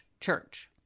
church